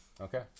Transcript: Okay